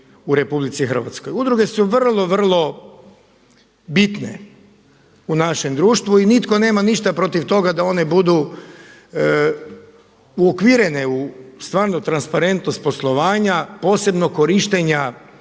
Udruge su vrlo, vrlo bitne u našem društvu i nitko nema ništa protiv toga da one budu uokvirene u stvarno transparentnost poslovanja posebno korištenja